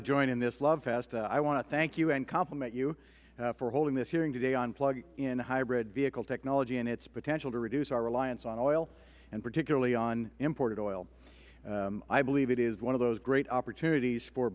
to join in this love fest i want to thank and compliment you for holding this hearing today on plug in hybrid vehicle technology and the potential to reduce our reliance on oil and particularly on imported oil i believe it is one of those great opportunities for